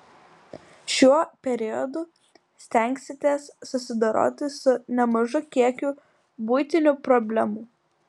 šiuo periodu stengsitės susidoroti su nemažu kiekiu buitinių problemų